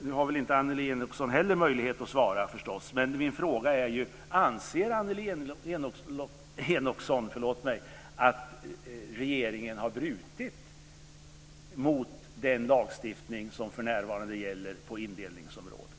Nu har inte Annelie Enochson möjlighet att svara, men min fråga till henne är: Anser Annelie Enochson att regeringen har brutit mot den lagstiftning som för närvarande gäller på indelningsområdet?